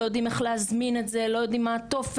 לא יודעים איך להזמין את זה, לא יודעים מה הטופס.